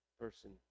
person